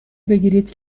بگیرید